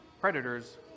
predators